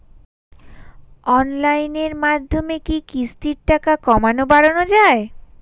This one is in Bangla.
অনলাইনের মাধ্যমে কি কিস্তির টাকা কমানো বাড়ানো যায়?